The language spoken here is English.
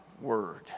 Word